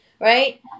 right